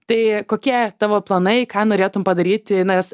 tai kokie tavo planai ką norėtum padaryti nes